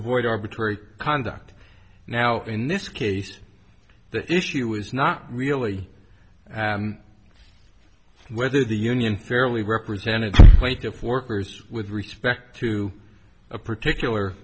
avoid arbitrary conduct now in this case the issue was not really whether the union fairly represented plaintiff workers with respect to a particular